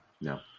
No